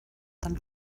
dann